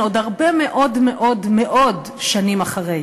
עוד הרבה מאוד מאוד מאוד שנים אחרי.